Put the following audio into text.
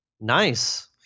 Nice